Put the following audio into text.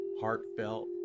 heartfelt